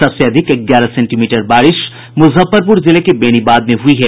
सबसे अधिक ग्यारह सेंटीमीटर बारिश मुजफ्फरपुर जिले के बेनीबाद में हुई है